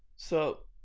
so,